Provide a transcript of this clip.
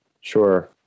Sure